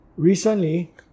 Recently